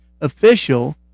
official